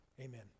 Amen